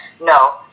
No